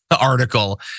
article